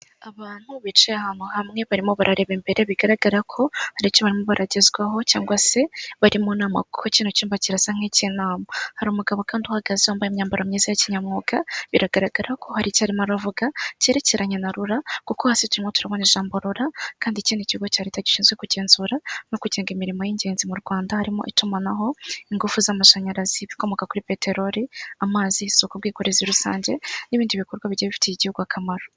Abantu bicaye ahantu hamwe barimo barareba imbere, bigaragara ko hari icyo barimo baragezwaho cyangwa se bari mu nama, kuko kino cyumba kirasa nk'ik'inama, hari umugabo kandi uhagaze wambaye imyambaro myiza ya kinyamwuga, biragaragara ko hari icyo arimo aravuga cyerekeranye na RURA, kuko hasi turimo turabona ijambo RURA kandi iki ni ikigo cya Leta gishinzwe kugenzura, no kugenga imirimo y'ingenzi mu Rwanda, harimo itumanaho, ingufu z'amashanyarazi, ibikomoka kuri peteroli, amazi, isuku, ubwikorezi rusange n'ibindi bikorwa bigiye bifitiye igihugu akamaro.